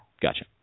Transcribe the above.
Gotcha